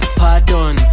pardon